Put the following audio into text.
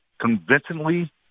convincingly